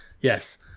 Yes